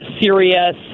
serious